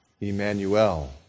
Emmanuel